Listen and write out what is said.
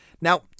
Now